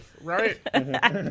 right